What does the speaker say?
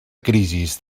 crisis